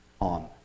on